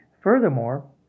Furthermore